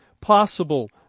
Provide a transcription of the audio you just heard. possible